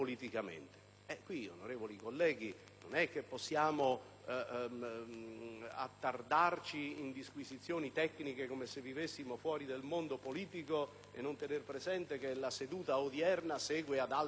Qui, onorevoli colleghi, non possiamo attardarci in disquisizioni tecniche, come se vivessimo fuori del mondo politico, senza tener presente che la seduta odierna segue ad altre sedute,